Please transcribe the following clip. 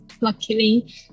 luckily